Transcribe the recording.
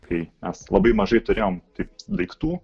kai mes labai mažai turėjom taip daiktų